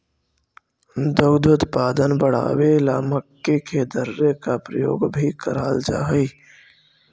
दुग्ध उत्पादन बढ़ावे ला मक्के के दर्रे का प्रयोग भी कराल जा हई